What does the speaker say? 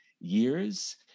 years